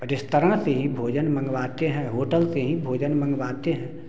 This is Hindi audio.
रेस्तरां से ही भोजन मंगवाते है होटल से भी भोजन मंगवाते है